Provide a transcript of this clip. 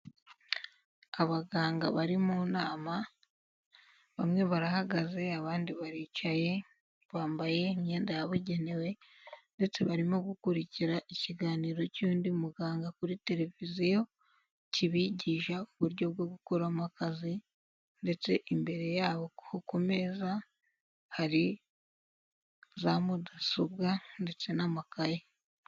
Abaganga bari mu nama, bamwe barahagaze abandi baricaye, bambaye imyenda yabugenewe ndetse barimo gukurikira ikiganiro cy'undi muganga kuri televiziyo, kibigisha uburyo bwo gukoramo akazi ndetse imbere yabo ku meza, hari za mudasobwa ndetse n'amakayi.